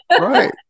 right